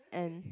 and